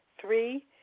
Three